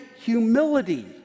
humility